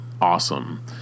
awesome